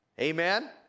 Amen